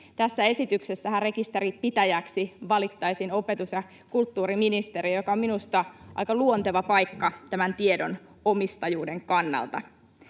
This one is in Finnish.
Tässä esityksessähän rekisterinpitäjäksi valittaisiin opetus- ja kulttuuriministeriö, joka on minusta aika luonteva paikka tämän tiedon omistajuuden kannalta.